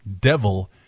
devil